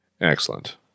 Excellent